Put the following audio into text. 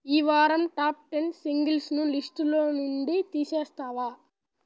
ఈ వారం top ten సింగిల్స్ను లిస్టులో నుండి తీసేస్తావా